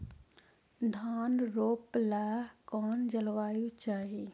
धान रोप ला कौन जलवायु चाही?